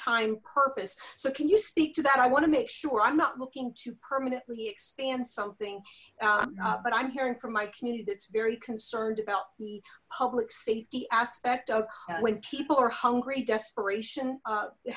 time purpose so can you speak to that i want to make sure i'm not looking to permanently expand something but i'm hearing from my community that's very concerned about public safety aspect of when people are hungry desperation